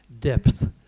depth